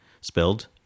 spelled